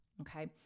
Okay